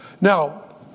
Now